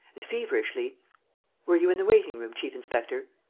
and, feverishly were you in the waiting-room, chief-inspector?